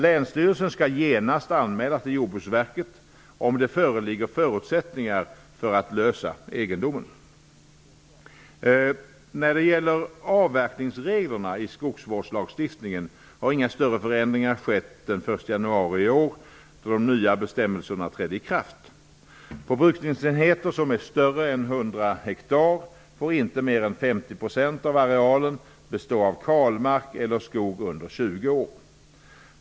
Länsstyrelsen skall genast anmäla till Jordbruksverket om det föreligger förutsättningar för att lösa egendomen. När det gäller avverkningsreglerna i skogsvårdslagstiftningen har inga större förändringar skett den 1 januari i år, då de nya bestämelserna trädde i kraft. På brukningsenheter som är större än 100 ha får inte mer än 50 % av arealen bestå av kalmark eller skog under 20 år.